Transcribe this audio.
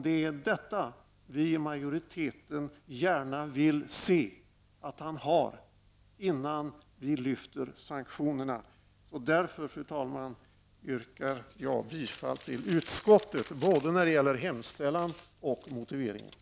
Det är detta vi i majoriteten gärna vill se att han har, innan vi lyfter sanktionerna. Därför, fru talman, yrkar jag bifall till både utskottets hemställan och utskottets motivering.